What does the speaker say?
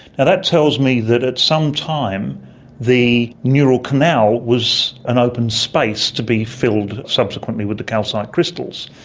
and that tells me that at some time the neural canal was an open space to be filled subsequently with the calcite crystals,